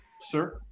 sir